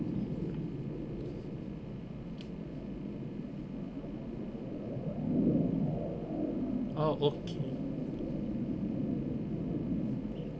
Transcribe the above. ah okay